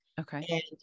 Okay